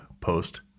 post